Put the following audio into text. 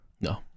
No